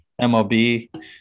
MLB